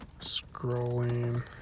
scrolling